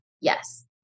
Yes